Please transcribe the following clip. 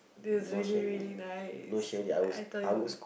it was really really nice I thought it was